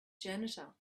janitor